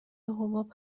حباب